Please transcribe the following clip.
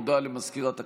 הודעה למזכירת הכנסת,